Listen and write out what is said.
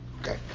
Okay